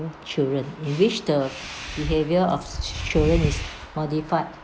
children in which the behaviour of chi~ children is modified